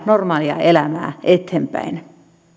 normaalia elämää eteenpäin